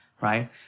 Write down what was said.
right